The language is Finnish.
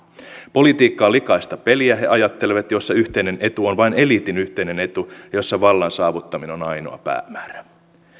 politiikka on likaista peliä he ajattelevat jossa yhteinen etu on vain eliitin yhteinen etu jossa vallan saavuttaminen on on ainoa päämäärä